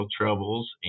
troubles